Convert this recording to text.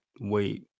wait